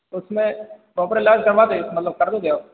तो उसमें प्रॉपर इलाज करवा दें मतलब कर देंगे आप